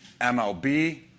MLB